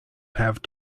have